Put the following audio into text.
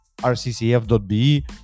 rccf.be